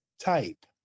type